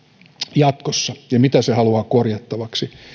jatkossa ja mitä se haluaa korjattavaksi